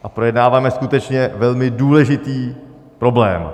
A projednáváme skutečně velmi důležitý problém.